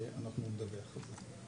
אנחנו נדווח על זה.